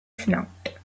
snout